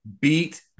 beat